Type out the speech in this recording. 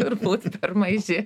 turbūt per maži